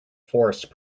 forest